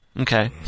Okay